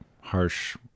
harsh